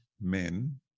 men